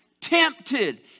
tempted